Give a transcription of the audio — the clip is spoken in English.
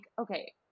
okay